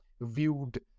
viewed